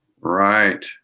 Right